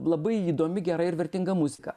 labai įdomi gera ir vertinga muzika